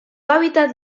hábitat